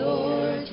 Lord